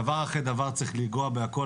דבר אחרי דבר צריך לנגוע בכול,